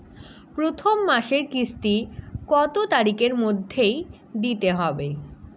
প্রথম মাসের কিস্তি কত তারিখের মধ্যেই দিতে হবে?